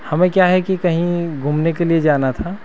हमें क्या है कि कहीं घूमने के लिए जाना था